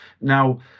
Now